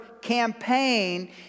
campaign